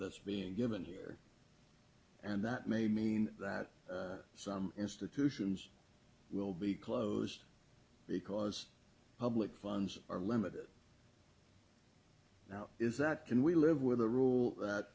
that's being given here and that may mean that some institutions will be closed because public funds are limited now is that can we live with a rule that